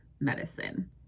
medicine